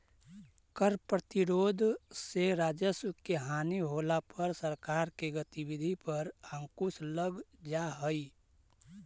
कर प्रतिरोध से राजस्व के हानि होला पर सरकार के गतिविधि पर अंकुश लग जा हई